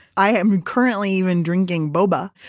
i am currently even drinking boba,